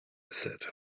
said